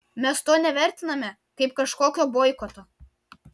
mes to nevertiname kaip kažkokio boikoto